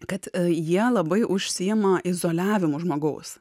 kad jie labai užsiima izoliavimu žmogaus